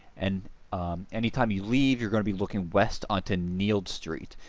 and anytime you leave you're going to be looking west onto nields street.